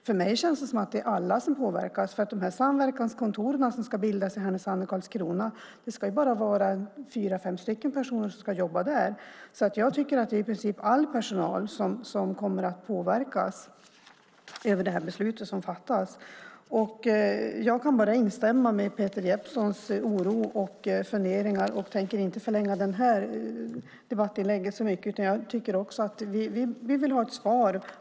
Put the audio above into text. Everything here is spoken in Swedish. För mig känns det som att alla påverkas, för på de samverkanskontor som ska bildas i Härnösand och Karlskrona ska bara fyra fem personer jobba. Jag tycker därför att det är i princip all personal som kommer att påverkas av det beslut som fattats. Jag kan bara instämma i Peter Jeppssons oro och funderingar och tänker inte förlänga det här debattinlägget så mycket. Men vi vill ha ett svar.